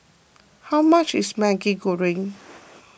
how much is Maggi Goreng